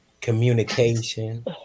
communication